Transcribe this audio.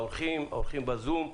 לאורחים ולאורחים בזום.